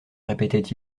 répétait